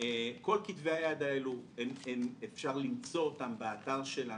את כל כתבי היד האלה אפשר למצוא באתר שלנו,